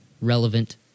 relevant